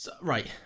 right